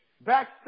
Back